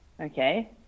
Okay